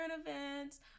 events